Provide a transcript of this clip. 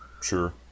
Sure